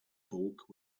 bulk